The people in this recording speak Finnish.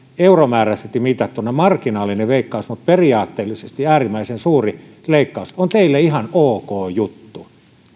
euromääräisesti mitattuna marginaalinen mutta periaatteellisesti äärimmäisen suuri leikkaus on teille ihan ok juttu